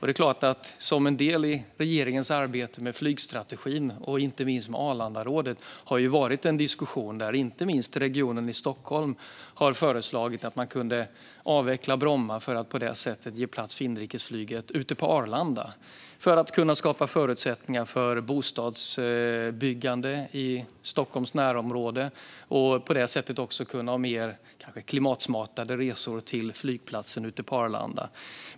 Det är klart att en del i regeringens arbete med flygstrategin och inte minst i Arlandarådet har varit en diskussion om detta. Inte minst regionen i Stockholm har föreslagit att man skulle kunna avveckla Bromma flygplats och ge plats för inrikesflyget på Arlanda för att kunna skapa förutsättningar för bostadsbyggande i Stockholms närområde. På det sättet skulle man också kunna ha mer klimatsmarta resor till Arlanda flygplats.